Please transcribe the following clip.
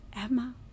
Emma